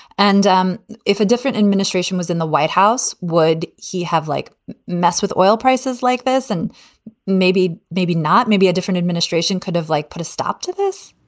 and um if a different administration was in the white house, would he have like mess with oil prices like this? and maybe, maybe not. maybe a different administration could have like put a stop to this?